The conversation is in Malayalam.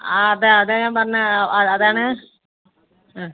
ആ അത് അതാണ് ഞാൻ പറഞ്ഞത് അതാണ് ആ